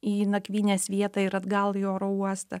į nakvynės vietą ir atgal į oro uostą